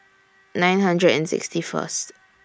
nine hundred and sixty First